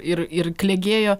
ir ir klegėjo